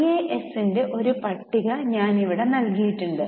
ഐഎഎസിന്റെ ഒരു പട്ടിക ഞാൻ ഇവിടെ നൽകിയിട്ടുണ്ട്